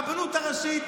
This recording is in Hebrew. הרבנות הראשית,